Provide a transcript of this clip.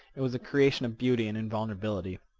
it was a creation of beauty and invulnerability.